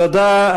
תודה.